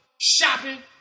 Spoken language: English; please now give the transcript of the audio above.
shopping